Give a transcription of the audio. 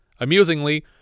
Amusingly